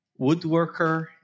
woodworker